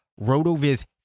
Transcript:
rotoviz